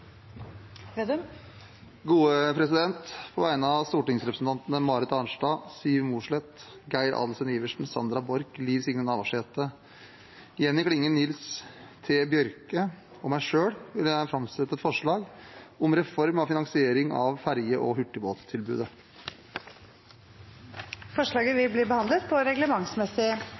Vedum vil fremsette et representantforslag. På vegne av stortingsrepresentantene Marit Arnstad, Siv Mossleth, Geir Adelsten Iversen, Sandra Borch, Liv Signe Navarsete, Jenny Klinge, Nils T. Bjørke og meg selv vil jeg framsette et forslag om reform av finansiering av ferge- og hurtigbåttilbudet. Forslaget vil bli behandlet på reglementsmessig